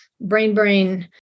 brain-brain